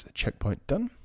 checkpointdone